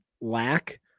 lack